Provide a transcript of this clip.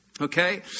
Okay